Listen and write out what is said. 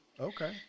Okay